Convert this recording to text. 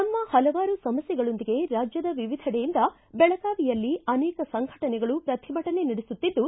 ತಮ್ನ ಪಲವಾರು ಸಮಸ್ಥೆಗಳೊಂದಿಗೆ ರಾಜ್ಯದ ವಿವಿಧೆಡೆಯಿಂದ ದೆಳಗಾವಿಯಲ್ಲಿ ಅನೇಕ ಸಂಘಟನೆಗಳು ಪ್ರತಿಭಟನೆ ನಡೆಸುತ್ತಿದ್ದು